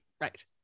Right